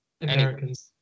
Americans